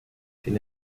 sin